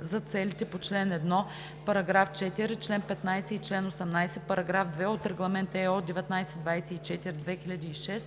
за целите на чл. 1, параграф 4, чл. 15 и чл. 18, параграф 2 от Регламент (ЕО) № 1924/2006